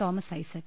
Thomas Isaac